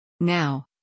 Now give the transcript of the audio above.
Now